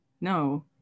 No